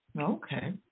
Okay